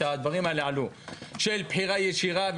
של בחירה ישירה,